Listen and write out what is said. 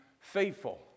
faithful